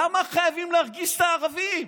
למה חייבים להרגיז את הערבים?